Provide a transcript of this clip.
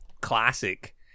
classic